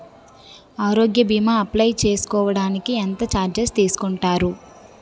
ఆరోగ్య భీమా అప్లయ్ చేసుకోడానికి ఎంత చార్జెస్ తీసుకుంటారు?